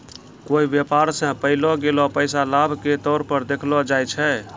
कोय व्यापार स पैलो गेलो पैसा लाभ के तौर पर देखलो जाय छै